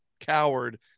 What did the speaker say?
coward